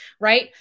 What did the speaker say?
right